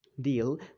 Deal